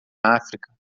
áfrica